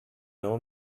know